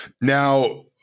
Now